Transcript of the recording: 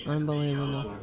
Unbelievable